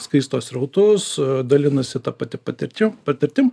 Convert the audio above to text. skirsto srautus dalinasi ta pati patirtim patirtim